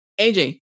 AJ